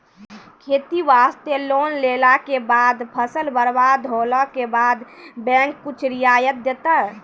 खेती वास्ते लोन लेला के बाद फसल बर्बाद होला के बाद बैंक कुछ रियायत देतै?